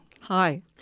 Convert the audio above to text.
Hi